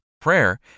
prayer